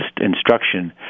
instruction